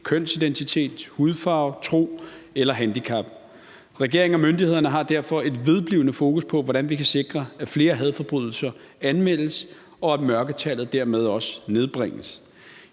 kønsidentitet, hudfarve, tro eller handicap. Regeringen og myndighederne har derfor et vedblivende fokus på, hvordan vi kan sikre, at flere hadforbrydelser anmeldes, og at mørketallet dermed også nedbringes.